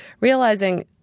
realizing